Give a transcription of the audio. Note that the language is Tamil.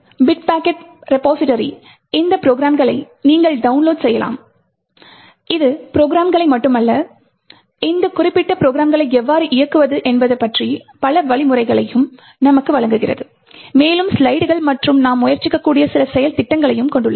பிட் பக்கெட் ரிபோசிடரியிலிருந்து இந்த ப்ரோக்ராம்களை நீங்கள் டவுன்லோட் செய்யலாம் இது ப்ரோக்ராம்களை மட்டுமல்ல இந்த குறிப்பிட்ட ப்ரோக்ராம்களை எவ்வாறு இயக்குவது என்பது பற்றிய பல வழிமுறைகளையும் நமக்கு வழங்குகிறது மேலும் ஸ்லைடுகள் மற்றும் நாம் முயற்சிக்கக்கூடிய சில செயல்திட்டங்களையும் கொண்டுள்ளது